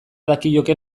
dakioke